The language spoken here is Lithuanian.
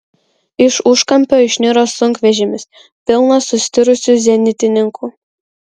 iš užkampio išniro sunkvežimis pilnas sustirusių zenitininkų